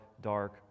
dark